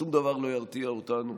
שום דבר לא ירתיע אותנו.